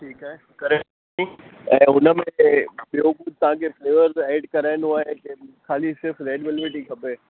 ठीकु आहे करे ॾींदासीं ऐं उनमें ऐं ॿियो कुझु तव्हांखे फ़्लेवर में एड कराइणो आहे के ख़ाली सिर्फ़ रेड वेल्वेट ई खपे